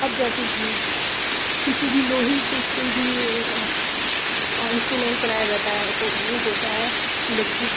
अब जैसे कि किसी भी लोहे से कोई भी इन्स्ट्रुमेंट बनाया जाता है तो वो होता है इलेक्ट्रिक